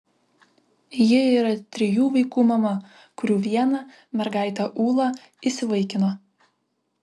ji yra trijų vaikų mama kurių vieną mergaitę ūlą įsivaikino